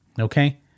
Okay